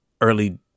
early